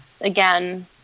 again